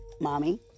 mommy